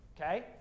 Okay